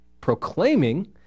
proclaiming